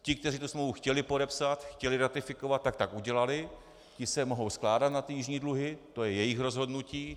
Ti, kteří tu smlouvu chtěli podepsat, chtěli ratifikovat, tak tak udělali, ti se mohou skládat na ty jižní dluhy, to je jejich rozhodnutí.